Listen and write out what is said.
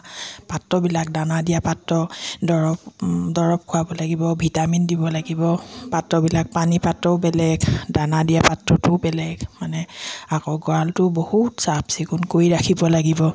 পাত্ৰবিলাক দানা দিয়া পাত্ৰ দৰৱ দৰৱ খুৱাব লাগিব ভিটামিন দিব লাগিব পাত্ৰবিলাক পানী পাত্ৰও বেলেগ দানা দিয়া পাত্ৰটো বেলেগ মানে আকৌ গঁৰালটো বহুত চাফ চিকুণ কৰি ৰাখিব লাগিব